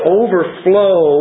overflow